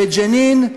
בג'נין,